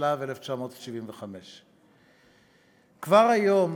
התשל"ו 1975. כבר היום